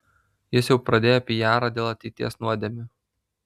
jis jau pradėjo pijarą dėl ateities nuodėmių